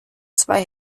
zwei